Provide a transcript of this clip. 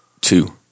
two